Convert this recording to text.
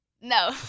No